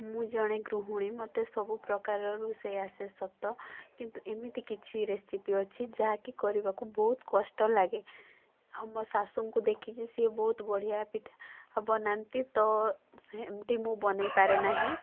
ମୁଁ ଜଣେ ଗୃହିଣୀ ମୋତେ ସବୁପ୍ରକାରର ରୋଷେଇ ଆସେ ସତ କିନ୍ତୁ ଏମିତି କିଛି ରେସିପି ଅଛି ଯାହାକି କରିବାକୁ ବହୁତ କଷ୍ଚ ଲାଗେ ଆଉ ମୋ ଶାଶୁଙ୍କୁ ଦେଖିଛି ସେ ବହୁତ ବଢ଼ିଆ ପିଠା ବନାନ୍ତି ତ ସେମିତି ମୁଁ ବନେଇ ପାରେନାହିଁ